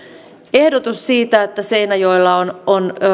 ehdotus siitä että seinäjoella on on